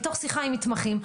מתוך שיחה עם מתמחים,